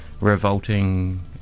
revolting